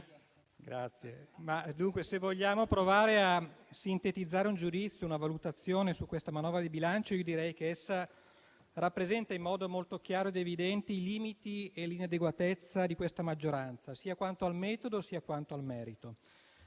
se vogliamo provare a sintetizzare un giudizio, una valutazione su questa manovra di bilancio, io direi che essa rappresenta in modo molto chiaro ed evidente i limiti e l'inadeguatezza di questa maggioranza, sia quanto al metodo sia quanto al merito.